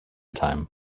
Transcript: time